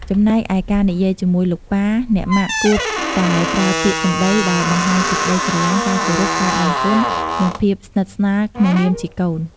ចំំណែកឯការនិយាយជាមួយ លោកប៉ា អ្នកម៉ាក់ គួរតែប្រើពាក្យសម្ដីដែលបង្ហាញពីក្ដីស្រឡាញ់ ការគោរព ការដឹងគុណ និងភាពស្និទ្ធស្នាលក្នុងនាមជាកូន។